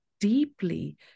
deeply